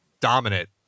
dominant